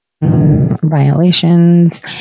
violations